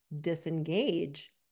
disengage